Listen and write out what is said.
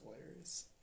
hilarious